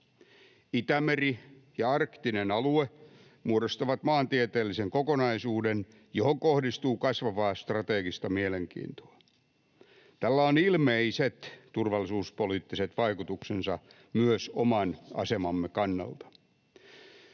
Itämeri ja arktinen alue muodostavat maantieteellisen kokonaisuuden, johon kohdistuu kasvavaa strategista mielenkiintoa. Tällä on ilmeiset turvallisuuspoliittiset vaikutuksensa myös oman asemamme kannalta.